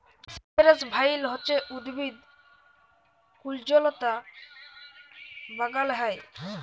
সিপেরেস ভাইল হছে উদ্ভিদ কুল্জলতা বাগালে হ্যয়